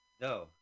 No